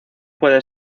puede